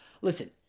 Listen